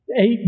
eight